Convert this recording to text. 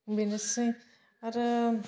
बेनोसै आरो